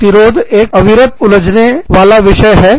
गतिरोध एक अविरत उलझने वाला विषय है